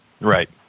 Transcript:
Right